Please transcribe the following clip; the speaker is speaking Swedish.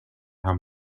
han